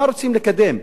מה רוצים לקדם?